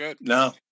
no